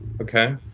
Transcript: Okay